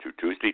Tuesday